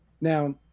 Now